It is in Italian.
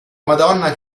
madonna